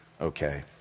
okay